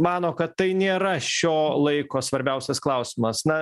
mano kad tai nėra šio laiko svarbiausias klausimas na